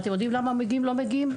אתם יודעים למה המורים לא מגיעים?